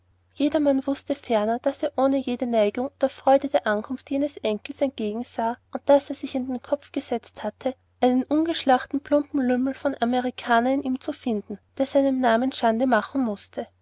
jedermann wußte ferner daß er ohne jede neigung oder freude der ankunft jenes enkels entgegensah und daß er sich in den kopf gesetzt hatte einen ungeschlachten plumpen lümmel von amerikaner in ihm zu finden der seinem namen schande machen mußte